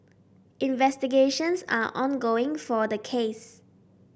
investigations are ongoing for the case